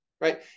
right